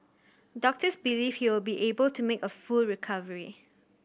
doctors believe he will be able to make a full recovery